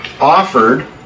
offered